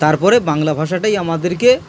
তারপরে বাংলা ভাষাটাই আমাদেরকে